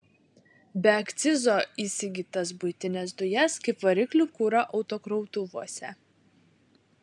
be akcizo įsigytas buitines dujas kaip variklių kurą autokrautuvuose